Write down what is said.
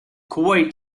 kuwait